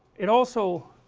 it also